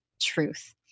truth